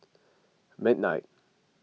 midnight